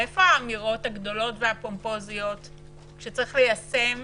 איפה האמירות הגדולות והפומפוזיות שצריך ליישם